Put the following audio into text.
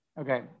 okay